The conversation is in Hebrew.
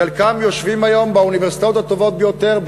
חלקם יושבים היום באוניברסיטאות הטובות ביותר,